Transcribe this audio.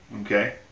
Okay